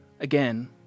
again